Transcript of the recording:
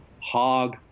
Hog